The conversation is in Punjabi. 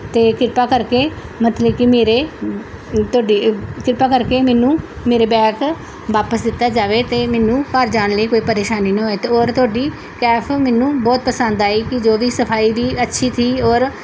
ਅਤੇ ਕਿਰਪਾ ਕਰਕੇ ਮਤਲਬ ਕਿ ਮੇਰੇ ਤੁਹਾਡੀ ਕਿਰਪਾ ਕਰਕੇ ਮੈਨੂੰ ਮੇਰਾ ਬੈਕ ਵਾਪਸ ਦਿੱਤਾ ਜਾਵੇ ਅਤੇ ਮੈਨੂੰ ਘਰ ਜਾਣ ਲਈ ਕੋਈ ਪਰੇਸ਼ਾਨੀ ਨਾ ਹੋਏ ਅਤੇ ਔਰ ਤੁਹਾਡੀ ਕੈਫ ਮੈਨੂੰ ਬਹੁਤ ਪਸੰਦ ਆਈ ਕਿ ਜੋ ਵੀ ਸਫਾਈ ਦੀ ਅੱਛੀ ਸੀ ਔਰ